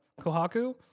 Kohaku